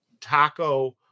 taco